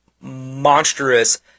monstrous